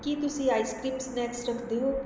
ਕੀ ਤੁਸੀਂ ice cream snacks ਰੱਖਦੇ ਹੋ